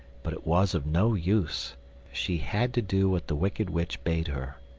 but it was of no use she had to do what the wicked witch bade her.